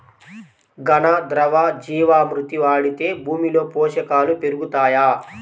ఘన, ద్రవ జీవా మృతి వాడితే భూమిలో పోషకాలు పెరుగుతాయా?